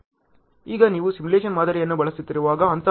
ಈಗ ನೀವು ಸಿಮ್ಯುಲೇಶನ್ ಮಾದರಿಯನ್ನು ಬಳಸುತ್ತಿರುವಾಗ ಹಂತ ಹಂತದ ಸರಳ ಹಂತ